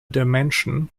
dimension